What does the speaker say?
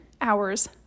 hours